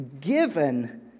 given